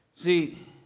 See